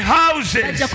houses